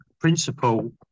principle